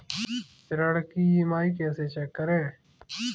ऋण की ई.एम.आई कैसे चेक करें?